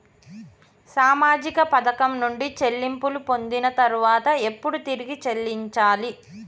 సామాజిక పథకం నుండి చెల్లింపులు పొందిన తర్వాత ఎప్పుడు తిరిగి చెల్లించాలి?